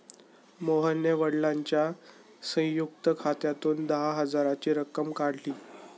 मोहनने वडिलांच्या संयुक्त खात्यातून दहा हजाराची रक्कम काढली